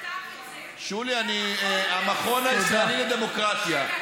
מי כתב את זה, שולי, המכון הישראלי לדמוקרטיה.